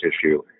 tissue